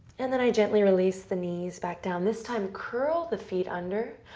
and then i gently release the knees back down. this time, curl the feet under.